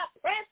press